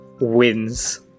wins